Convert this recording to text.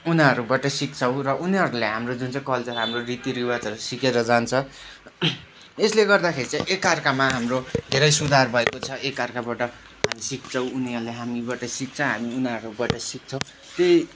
उनीहरूबाट सिक्छौँ र उनीहरूले हाम्रो जुन चाहिँ कल्चर हाम्रो रीतिरिवाजहरू सिकेर जान्छ यसले गर्दाखेरि चाहिँ एकाअर्कामा हाम्रो धेरै सुधार भएको छ एकाअर्काबाट हामी सिक्छौँ उनीहरूले हामीबाट सिक्छ हामी उनीहरूबाट सिक्छौँ त्यही